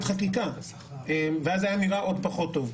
חקיקה ואז זה היה נראה עוד פחות טוב.